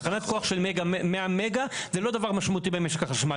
תחנת כוח של 100 מגה זה לא דבר משמעותי במשק החשמל.